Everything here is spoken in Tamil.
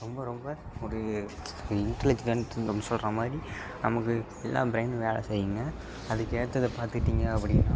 ரொம்ப ரொம்ப ஒரு இன்டலிஜெண்ட் அப்படினு சொல்ற மாதிரி நமக்கு எல்லாம் ப்ரைனும் வேலை செய்யும்ங்க அதுக்கு ஏத்ததை பார்த்துக்கிட்டிங்க அப்படின்னா